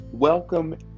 Welcome